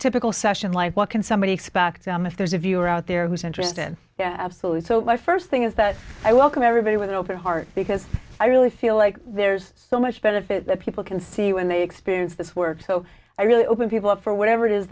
typical session like what can somebody expect them if there's a viewer out there who's interested in yeah absolutely so my first thing is that i welcome everybody with an open heart because i really feel like there's so much benefit that people can see when they experience this work so i really open people up for whatever it